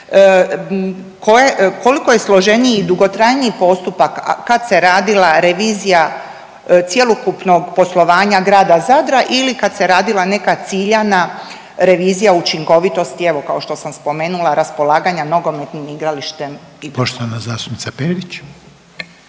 koliko je složeniji i dugotrajniji postupak kad se radila revizija cjelokupnog poslovanja grada Zadra ili kad se radila neka ciljana revizija učinkovitosti, evo kao što sam spomenula raspolaganja nogometnim igralištem. **Reiner, Željko (HDZ)** Poštovana zastupnica Perić.